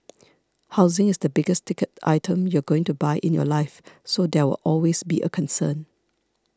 housing is the biggest ticket item you're going to buy in your life so there will always be a concern